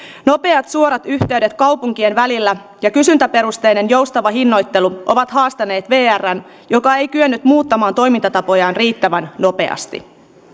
nopeat suorat yhteydet kaupunkien välillä ja kysyntäperusteinen joustava hinnoittelu ovat haastaneet vrn joka ei ole kyennyt muuttamaan toimintatapojaan riittävän nopeasti